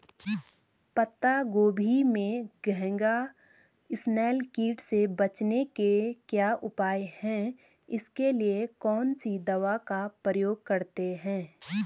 पत्ता गोभी में घैंघा इसनैल कीट से बचने के क्या उपाय हैं इसके लिए कौन सी दवा का प्रयोग करते हैं?